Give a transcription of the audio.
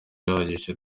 bihagije